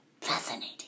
fascinating